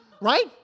right